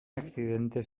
accidente